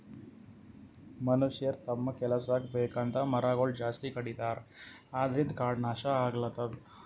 ಮನಷ್ಯರ್ ತಮ್ಮ್ ಕೆಲಸಕ್ಕ್ ಬೇಕಂತ್ ಮರಗೊಳ್ ಜಾಸ್ತಿ ಕಡಿತಾರ ಅದ್ರಿನ್ದ್ ಕಾಡ್ ನಾಶ್ ಆಗ್ಲತದ್